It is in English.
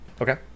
Okay